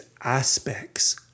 aspects